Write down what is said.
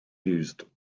used